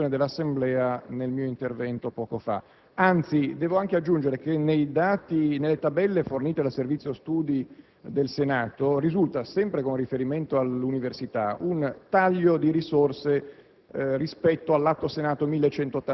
sottoposto all'attenzione dell'Assemblea nel mio intervento precedente. Devo anche aggiungere che nelle tabelle fornite dal Servizio Studi del Senato risulta, sempre con riferimento all'università, un taglio di risorse